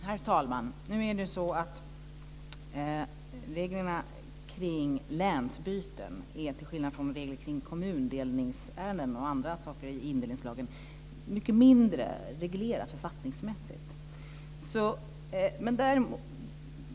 Herr talman! Reglerna kring länsbyten är till skillnad från reglerna kring kommundelningsärenden och andra saker i indelningslagen mycket mindre styrda författningsmässigt.